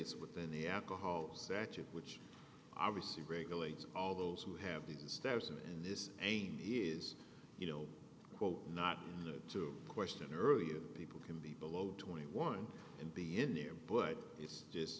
it's within the alcohol satch of which obviously regulates all those who have these steps and this ain't is you know quote not to question earlier people can be below twenty one and be in there but it's just